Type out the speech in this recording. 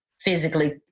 physically